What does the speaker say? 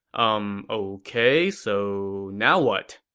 umm, ok, so, now what?